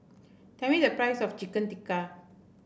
tell me the price of Chicken Tikka